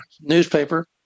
newspaper